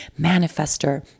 manifester